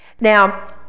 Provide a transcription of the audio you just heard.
Now